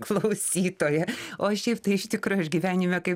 klausytoja o šiaip tai iš tikrųjų aš gyvenime kaip